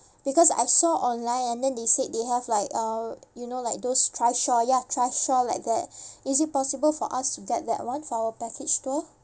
because I saw online and then they said they have like uh you know like those trishaw ya trishaw like that is it possible for us to get that [one] for our package tour